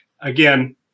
again